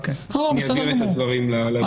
אני אעביר את הדברים לאשכול החוקתי.